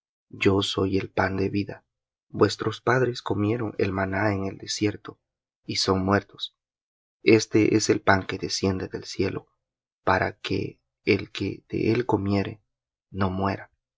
yo soy el pan de vida vuestros padres comieron el maná en el desierto y son muertos este es el pan que desciende del cielo para que el que de él comiere no muera